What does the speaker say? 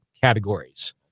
categories